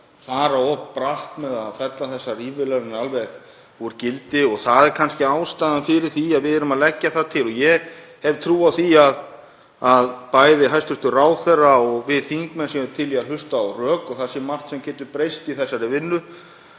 fara of bratt í að fella ívilnanirnar alveg úr gildi. Það er kannski ástæðan fyrir því að við erum að leggja það til. Ég hef trú á því að að bæði hæstv. ráðherra og við þingmenn séum til í að hlusta á rök og það sé margt sem geti breyst í þessari vinnu.